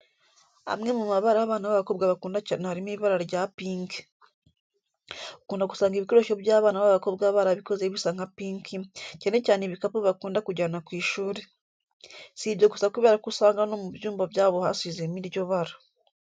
Amwe mu mabara abana b'abakobwa bakunda cyane harimo ibara rya pinki. Ukunda gusanga ibikoresho by'abana b'abakobwa barabikoze bisa nka pinki, cyane cyane ibikapu bakunda kujyana ku ishuri. Si ibyo gusa kubera ko usanga no mu byumba byabo hasizemo iryo bara.